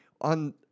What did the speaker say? on